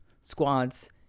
squats